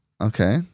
Okay